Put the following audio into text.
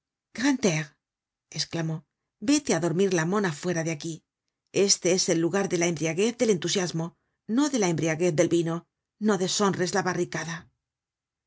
grantaire esclamó vete á dormir la mona fuera de aquí este es el lugar de la embriaguez del entusiasmo no de la embriaguez del vino no deshonres la barricada